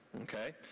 Okay